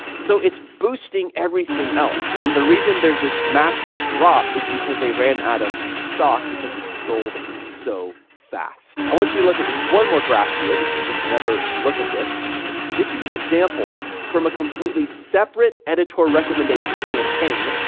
so it's boosting everything else and the reason there's this massive drop is because they ran out of stock, because it sold so fast i want you to look at just one more graph here. this is just another look at this this and example from a completely separate editor recommendation campaign,